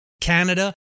Canada